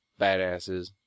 Badasses